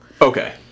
Okay